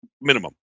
minimum